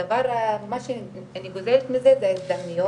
הדבר, מה שהייתי גוזרת מזה זה ההזדמנויות,